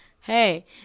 hey